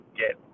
get